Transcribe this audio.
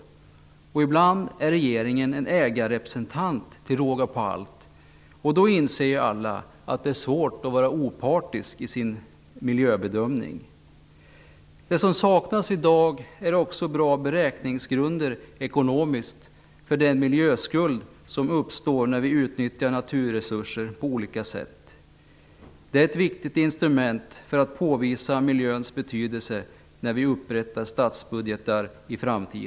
Ibland är regeringen till råga på allt en ägarrepresentant. Då inser ju alla att det är svårt att vara opartisk i sin miljöbedömning. Det som saknas i dag är också goda ekonomiska beräkningsgrunder för den miljöskuld som uppstår när vi utnyttjar naturresurser på olika sätt. Det är ett viktigt instrument för att påvisa miljöns betydelse när vi i framtiden upprättar statsbudgetar.